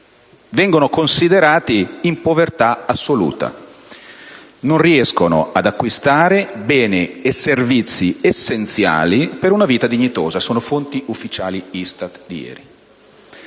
vengono considerate in povertà assoluta: non riescono ad acquistare beni e servizi essenziali per una vita dignitosa (secondo fonti ufficiali ISTAT di ieri).